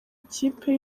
ikipe